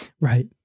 right